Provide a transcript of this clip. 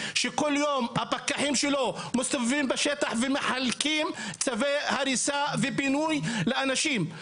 שכל יום הפקחים שלו מסתובבים בשטח ומחלקים צווי הריסה ופינוי לאנשים.